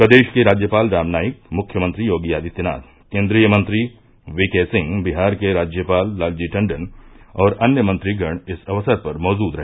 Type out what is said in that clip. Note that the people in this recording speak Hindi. प्रदेश के राज्यपाल राम नाईक मुख्यमंत्री योगी आदित्यनाथ केन्द्रीय मंत्री वी के सिंह बिहार के राज्यपाल लालजी टंडन और अन्य मंत्रिगण इस अवसर पर मौजूद रहे